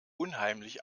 unheimlich